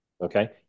Okay